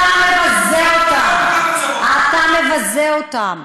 כל האוויר, אתה מבזה אותם.